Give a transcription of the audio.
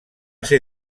ser